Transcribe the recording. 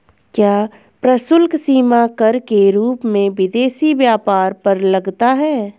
क्या प्रशुल्क सीमा कर के रूप में विदेशी व्यापार पर लगता है?